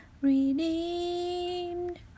Redeemed